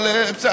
אבל בסדר,